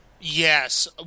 Yes